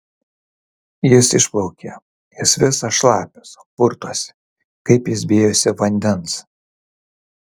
jis išplaukė jis visas šlapias purtosi kaip jis bijosi vandens